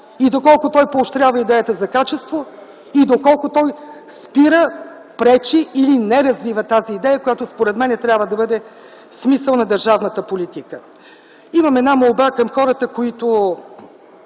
и доколко той поощрява идеята за качество, и доколко той спира, пречи или не развива тази идея, която според мен трябва да бъде смисъл на държавната политика. Имам една молба към хората, които